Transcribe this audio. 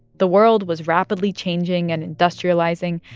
the world was rapidly changing and industrializing,